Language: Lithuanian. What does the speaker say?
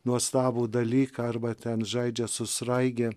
nuostabų dalyką arba ten žaidžia su sraige